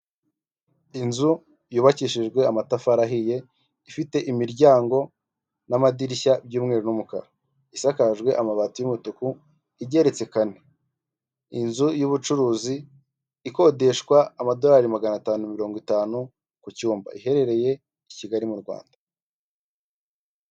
Inzu yubakishijwe amatafari ahiye ifite imiryango n'amadirishya by'umweru n'umukara isakajwe amabati y'umutuku igeretse kane, inzu y'ubucuruzi ikodeshwa amadorari magana atanu mirongo itanu ku cyumba, iherereye i Kigali mu Rwanda.